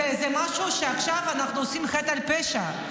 זה משהו שעכשיו אנחנו עושים חטא על פשע.